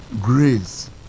Grace